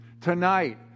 Tonight